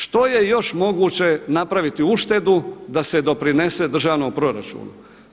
Što je još moguće napraviti uštedu da se doprinese državnom proračunu?